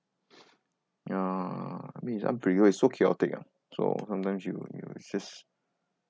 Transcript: uh I mean it's up to you it's so chaotic ah so sometimes you you just